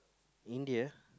India